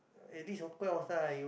at least ah you